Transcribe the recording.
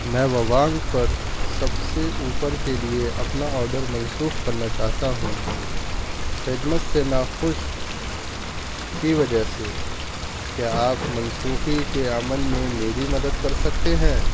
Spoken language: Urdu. میں ووانک پر سب سے اوپر کے لیے اپنا آڈر منسوخ کرنا چاہتا ہوں خدمت سے ناخوش کی وجہ سے کیا آپ منسوخی کے عمل میں میری مدد کر سکتے ہیں